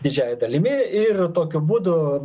didžiąja dalimi ir tokiu būdu